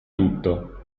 tutto